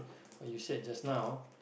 what you said just now